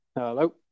Hello